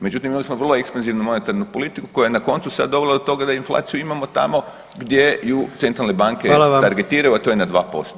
Međutim, imali smo vrlo ekspanzivnu monetarnu politiku koja je na koncu sad dovela do toga da inflaciju imamo tamo gdje ju centralne banke [[Upadica: Hvala vam.]] i targetiraju, a to je na 2%